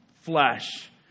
flesh